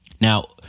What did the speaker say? Now